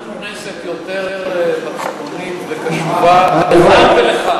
אנחנו בכנסת יותר מצפוניים, לכאן ולכאן.